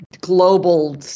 global